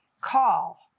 call